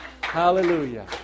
Hallelujah